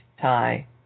tie